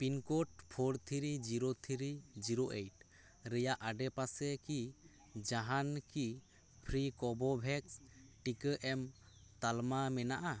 pin code four three zero three zero eight ᱨᱮᱱᱟᱜ ᱟᱰᱮᱯᱟᱥᱮ ᱠᱤ ᱡᱟᱦᱟᱱ ᱠᱤ ᱯᱷᱨᱤ ᱠᱳᱵᱷᱳᱵᱷᱮᱠᱥ ᱴᱤᱠᱟᱹ ᱮᱢ ᱛᱟᱞᱢᱟ ᱢᱮᱱᱟᱜᱼᱟ